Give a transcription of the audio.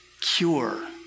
cure